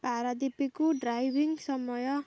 ପାରାଦ୍ୱୀପକୁ driving ସମୟ